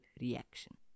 reaction